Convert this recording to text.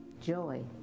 joy